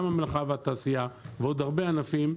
זה גם המלאכה והתעשייה ועוד הרבה ענפים,